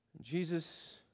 Jesus